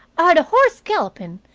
i heard a horse galloping',